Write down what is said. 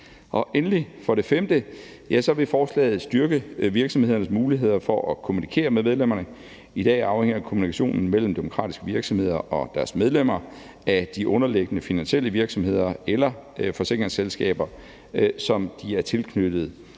Endelig, for det femte, vil forslaget styrke virksomhedernes muligheder for at kommunikere med medlemmerne. I dag afhænger kommunikationen mellem demokratiske virksomheder og deres medlemmer af de underliggende finansielle virksomheder eller forsikringsselskaber, som de er tilknyttet,